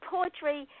Poetry